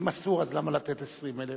אם אסור, אז למה לתת 20,000?